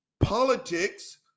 politics